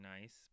nice